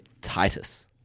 Titus